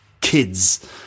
kids